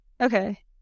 Okay